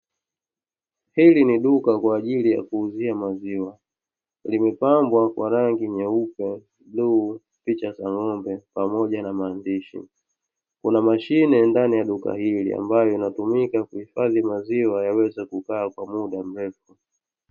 Hili ni duka kwa ajili ya kuuzia maziwa, limepambwa kwa rangi nyeupe, bluu, picha za ng'ombe pamoja na maandishi, kuna mashine ndani ya duka, hili ambayo inatumika kuhifadhi maziwa yaweze kukaa kwa muda mrefu.